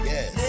Yes